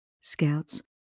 Scouts